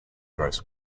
gross